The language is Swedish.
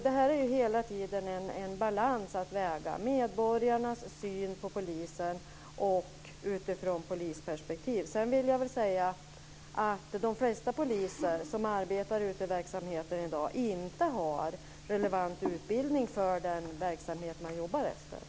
Det här är hela tiden en balans mellan medborgarnas syn på polisen och polisperspektivet. Sedan vill jag säga att de flesta poliser i dag inte har relevant utbildning för den verksamhet de jobbar med.